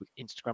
Instagram